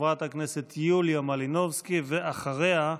חברת הכנסת יוליה מלינובסקי, ואחריה,